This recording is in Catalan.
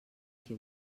qui